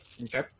Okay